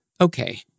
okay